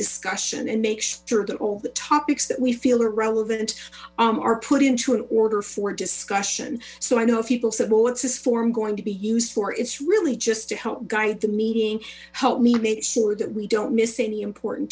discussion and make sure all the topics that we feel are relevant are put into order for discussion so i know people said well what's this forum going to be used for it's really just to help guide the meeting help me make sure that we don't miss any important